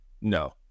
No